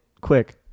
quick